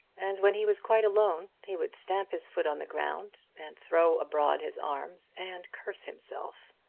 and when he was quite alone, he would stamp his foot on the ground, and throw abroad his arms, and curse himself.